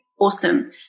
awesome